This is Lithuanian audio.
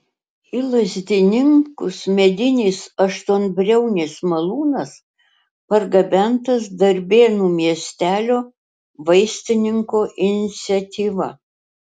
į lazdininkus medinis aštuonbriaunis malūnas pargabentas darbėnų miestelio vaistininko iniciatyva